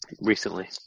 recently